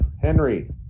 Henry